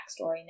backstory